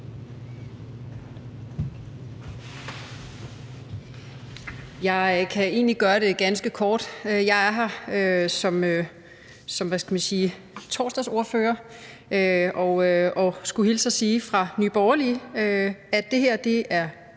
Jeg kan egentlig gøre det ganske kort. Jeg er her som – hvad skal man sige? – torsdagsordfører, og jeg skulle hilse at sige fra Nye Borgerlige, at det her er